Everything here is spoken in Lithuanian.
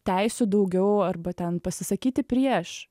teisių daugiau arba ten pasisakyti prieš